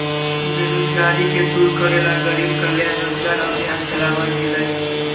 बेरोजगारी के दूर करे ला गरीब कल्याण रोजगार अभियान चलावल गेले है